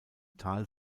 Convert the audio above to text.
tal